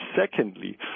Secondly